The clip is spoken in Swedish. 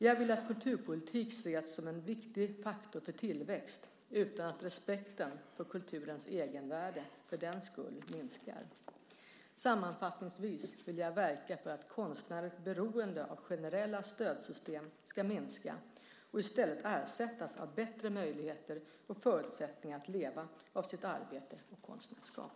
Jag vill att kulturpolitik ses som en viktig faktor för tillväxt utan att respekten för kulturens egenvärde för den skull minskar. Sammanfattningsvis vill jag verka för att konstnärers beroende av generella stödsystem ska minska och i stället ersättas av bättre möjligheter och förutsättningar att leva av sitt arbete och konstnärskap.